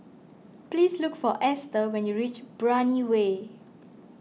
please look for Ester when you reach Brani Way